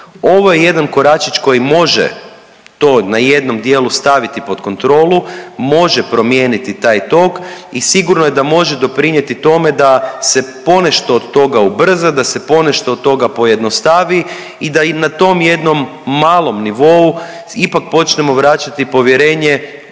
Ovo je jedan koračić koji može to na jednom dijelu staviti pod kontrolu, može promijeniti taj tok i sigurno je da može doprinjeti tome da se ponešto od toga ubrza, da se ponešto od toga pojednostavi i da i na tom jednom malom nivou ipak počnemo vraćati povjerenje